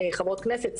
חברות כנסת,